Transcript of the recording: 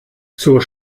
zur